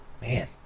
man